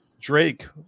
Drake